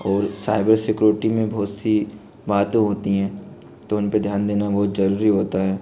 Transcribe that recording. और cyber security में बहुत सी बातें होती हैं तो उनपे ध्यान देना बहुत जरूरी होता है